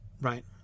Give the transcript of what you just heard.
right